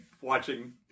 watching